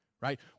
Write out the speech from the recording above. right